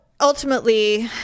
ultimately